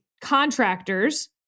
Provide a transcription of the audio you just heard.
contractors